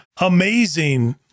amazing